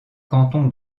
canton